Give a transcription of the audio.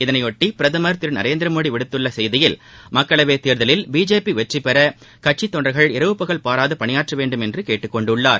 இதனைபொட்டி பிரதமர் திரு நரேந்திர மோடி விடுத்துள்ள செய்தியில் மக்களவைத் தேர்தலில் பிஜேபி வெற்றிபெற கட்சித் தொண்டர்கள் இரவு பகல் பாராது பனியாற்ற வேண்டும் என்று கேட்டுக் கொண்டுள்ளார்